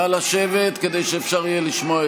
דוד גולומב, שכיהן